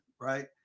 right